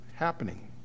happening